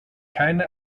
keine